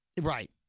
Right